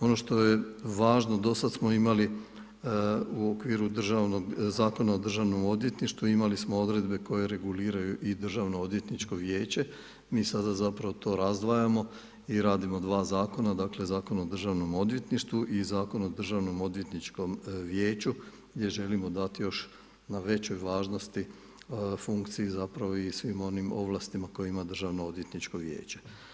Ono što je važno dosada smo imali u okviru Zakona o Državnom odvjetništvu, imali smo odredbe koje reguliraju i Državnoodvjeničko vijeće, mi zapravo to sada razdvajamo i radimo 2 zakona, dakle, Zakon o Državnom odvjetništvu i Zakon o Državnoodvjetničkom vijeću, gdje želimo dati još na većoj važnosti funkciji zapravo i svim onim ovlastima koje ima Državno odvjetničko vijeće.